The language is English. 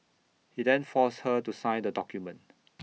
he then forced her to sign the document